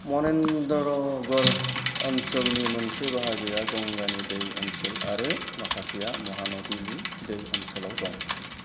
मनेन्द्रगर ओनसोलनि मोनसे बाहागोआ गंगानि दै ओनसोल आरो माखासेया महानदिनि दै ओनसोलाव दं